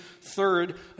Third